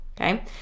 okay